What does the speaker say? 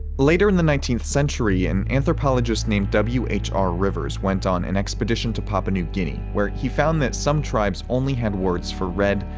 later in the nineteenth century, an anthropologist named w h r. rivers went on an expedition to papua new guinea, where he found that some tribes only had words for red,